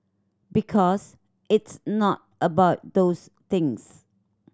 because it's not about those things